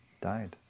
died